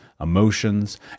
emotions